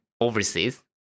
overseas